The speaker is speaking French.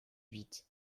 huit